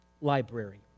library